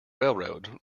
railroad